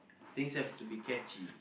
things have to be catchy